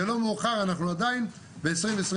זה לא מאוחר, אנחנו עדיין ב-2021.